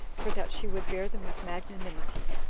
for that she would bear them with magnanimity.